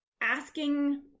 asking